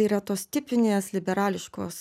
tai yra tos tipinės liberališkos